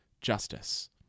justice